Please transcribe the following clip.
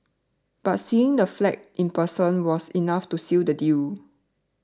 but seeing the flat in person was enough to seal the deal